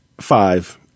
Five